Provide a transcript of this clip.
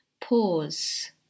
Pause